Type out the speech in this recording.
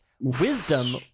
wisdom